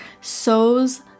sows